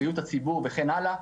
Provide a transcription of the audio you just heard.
בריאות הציבור וכן הלאה,